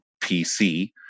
PC